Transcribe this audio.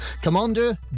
Commander